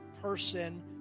person